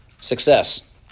success